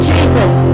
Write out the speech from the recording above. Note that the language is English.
Jesus